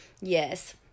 yes